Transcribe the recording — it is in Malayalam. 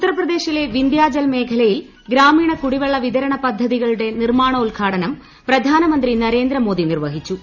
ഉത്തർ പ്രദേശിലെ വിന്ധ്യാചൽ മേഖലയിൽ ഗ്രാമീണ കുടിവെള്ള വിതരണ പദ്ധതികളുടെ നിർമാണോദ്ഘാടനം പ്രധാനമന്ത്രി നരേന്ദ്രമോദി നിർവഹിച്ചു